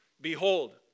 Behold